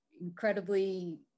incredibly